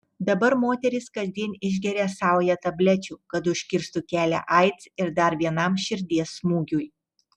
dabar moteris kasdien išgeria saują tablečių kad užkirstų kelią aids ir dar vienam širdies smūgiui